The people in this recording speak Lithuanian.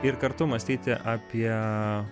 ir kartu mąstyti apie